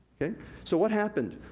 so what happened?